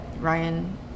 Ryan